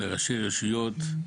לראשי הרשויות,